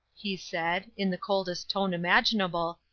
he said, in the coldest tone imaginable,